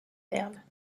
perles